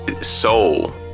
soul